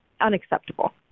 unacceptable